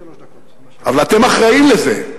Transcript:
אבל אתם אחראים לזה,